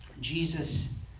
Jesus